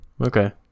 okay